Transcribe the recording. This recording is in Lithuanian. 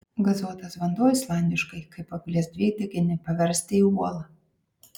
gazuotas vanduo islandiškai kaip anglies dvideginį paversti į uolą